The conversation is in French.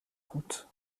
route